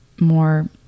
more